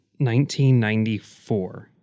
1994